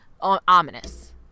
ominous